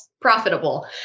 profitable